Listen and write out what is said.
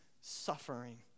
suffering